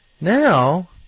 now